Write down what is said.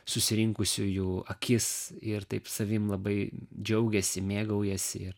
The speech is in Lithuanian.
susirinkusiųjų akis ir taip savim labai džiaugiasi mėgaujasi